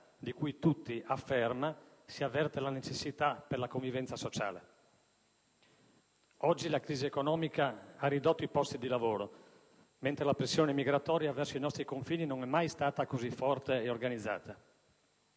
di cui tutti» - afferma - «si avverte la necessità per la convivenza sociale». Oggi la crisi economica ha ridotto i posti di lavoro, mentre la pressione migratoria verso i nostri confini non è mai stata così forte e organizzata.